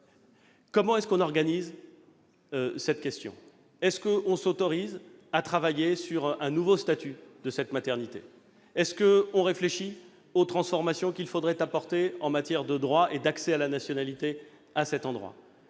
Comment traiter cette question ? Doit-on s'autoriser à travailler sur un nouveau statut de cette maternité ? Réfléchir aux transformations qu'il faudrait opérer en matière de droit et d'accès à la nationalité à cet endroit ?